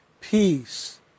peace